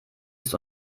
ist